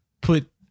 put